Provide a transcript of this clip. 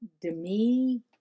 Demi